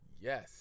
Yes